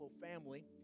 family